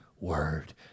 word